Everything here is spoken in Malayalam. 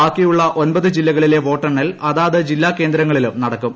ബാക്കിയുള്ള ഒൻപത് ജില്ലകളിലെ വോട്ടെണ്ണൽ അതാത് ജില്ലാ കേന്ദ്രങ്ങളിലും നടക്കും